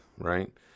right